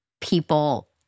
people